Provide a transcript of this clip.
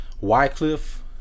Wycliffe